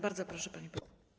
Bardzo proszę, pani poseł.